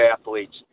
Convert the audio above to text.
athletes